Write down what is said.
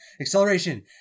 Acceleration